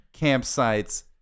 campsites